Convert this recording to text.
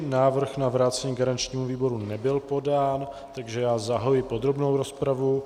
Návrh na vrácení garančnímu výboru nebyl podán, takže já zahajuji podrobnou rozpravu.